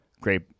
great